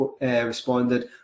responded